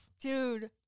Dude